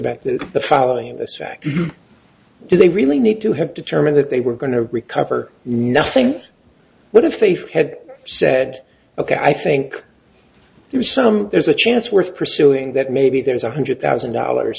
about that the following this fact do they really need to have determined that they were going to recover nothing but if they had said ok i think there's some there's a chance worth pursuing that maybe there's one hundred thousand dollars